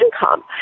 income